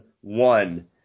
One